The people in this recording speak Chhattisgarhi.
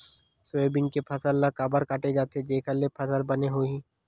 सोयाबीन के फसल ल काबर काटे जाथे जेखर ले फसल बने होही?